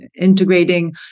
integrating